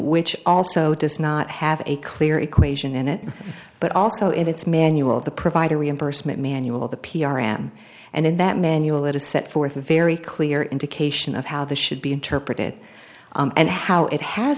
which also does not have a clear equation in it but also in its manual the provider reimbursement manual the p r ran and in that manual it is set forth a very clear indication of how the should be interpreted and how it has